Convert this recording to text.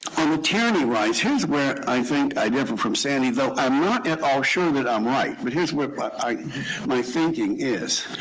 on the tyranny rights, here's where i think i differ from sandy though i'm not at all sure that i'm right. but here's where but my thinking is.